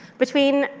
between